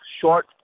short